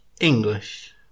English